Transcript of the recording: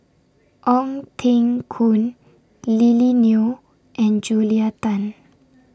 Ong Teng Koon Lily Neo and Julia Tan